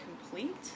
complete